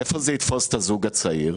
איפה זה יתפוס את הזוג הצעיר?